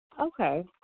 Okay